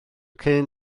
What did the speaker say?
cyn